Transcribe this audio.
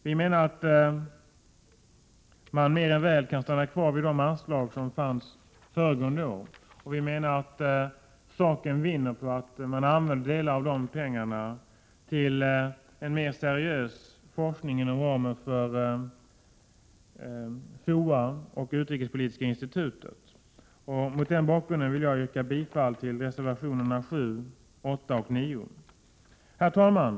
Vi menar att det räcker mer än väl med de anslag som utgick föregående år. Saken vinner på att delar av dessa pengar används till en mer seriös forskning inom ramen för FOA och utrikespolitiska institutet. Mot den bakgrunden vill jag yrka bifall till reservationerna 7, 8 och 9. Herr talman!